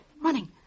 running